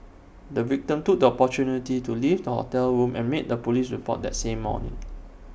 the victim took the opportunity to leave the hotel room and made A Police report that same morning